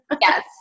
Yes